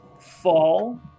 Fall